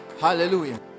Hallelujah